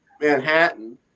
Manhattan